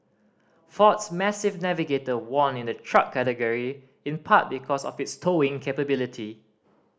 Ford's massive Navigator won in the truck category in part because of its towing capability